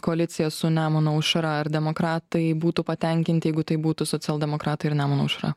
koaliciją su nemuno aušra ar demokratai būtų patenkinti jeigu tai būtų socialdemokratai ir nemuno aušra